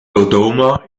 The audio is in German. dodoma